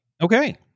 Okay